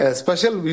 special